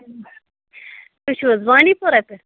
تُہۍ چھُو حظ بانٛڈی پوٗرا پٮ۪ٹھ